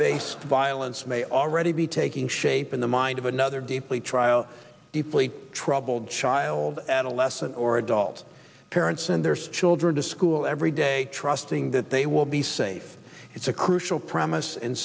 based violence may already be taking shape in the mind of another deeply trial deeply troubled child adolescent or adult parents and their children to school every day trusting that they will be safe it's a crucial promise in